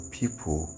people